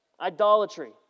idolatry